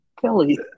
Kelly